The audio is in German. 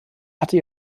hatte